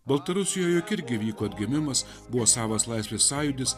baltarusijoje jog irgi vyko atgimimas buvo savas laisvės sąjūdis